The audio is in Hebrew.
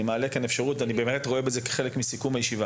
אני מעלה כאן אפשרות ורואה בזה כחלק מסיכום הישיבה